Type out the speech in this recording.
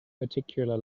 particular